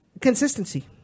consistency